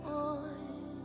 on